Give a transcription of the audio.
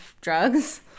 drugs